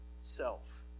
Self